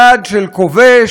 יד של כובש,